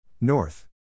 North